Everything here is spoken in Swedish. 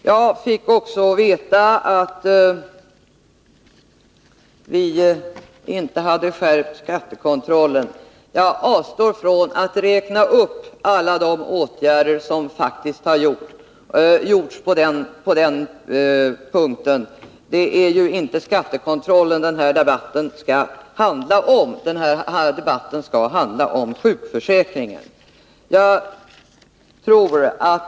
Jag fick också höra att vi inte hade skärpt skattekontrollen. Jag avstår från att räkna upp alla de åtgärder som faktiskt har vidtagits på den punkten. Det är ju inte skattekontrollen som den här debatten skall handla om, utan den skall handla om sjukförsäkringen.